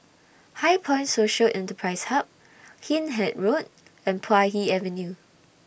HighPoint Social Enterprise Hub Hindhede Road and Puay Hee Avenue